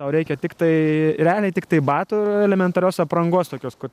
o reikia tiktai realiai tiktai batų elementarios aprangos tokios kad